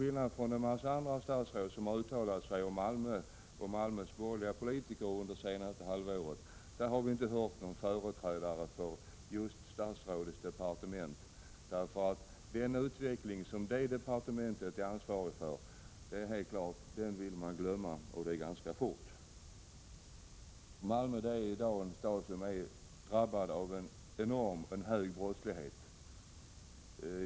Trots att en massa statsråd har uttalat sig om Malmö och om Malmös borgerliga politiker under det senaste halvåret, har vi egendomligt nog inte hört någon företrädare för statsrådets departement. Det är dock klart att departementet vill glömma den utveckling som det är ansvarigt för — och det ganska snabbt. Malmö är i dag en stad som är drabbad av en enormt hög brottslighet.